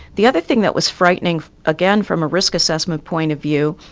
the other thing that was frightening, again from a risk assessment point of view,